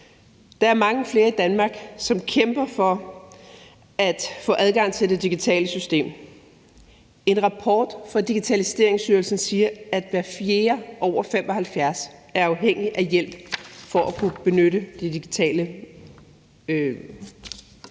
Der er mange flere i Danmark, som kæmper for at få adgang til det digitale system. En rapport fra Digitaliseringsstyrelsen siger, at hver fjerde over 75 år er afhængig af hjælp for at kunne benytte digitale tilbud.